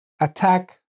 attack